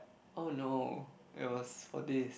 oh no it was for this